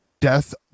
death